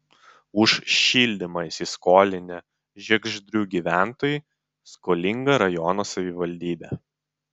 už šildymą įsiskolinę žiegždrių gyventojai skolinga rajono savivaldybė